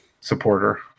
supporter